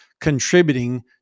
contributing